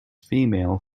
female